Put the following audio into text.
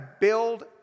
build